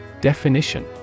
Definition